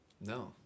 No